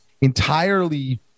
entirely